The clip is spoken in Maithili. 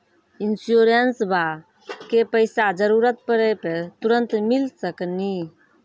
इंश्योरेंसबा के पैसा जरूरत पड़े पे तुरंत मिल सकनी?